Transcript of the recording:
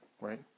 right